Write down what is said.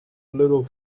little